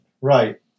Right